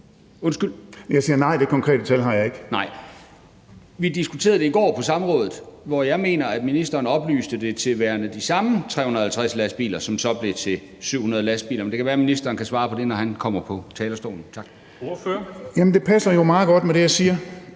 ikke. Kl. 21:37 Niels Flemming Hansen (KF): Nej, vi diskuterede det i går på samrådet, hvor jeg mener, at ministeren oplyste det til værende de samme 350 lastbiler, som så blev til 700 lastbiler, men det kan være, ministeren kan svare på det, når han kommer på talerstolen. Tak. Kl. 21:37 Formanden (Henrik Dam Kristensen):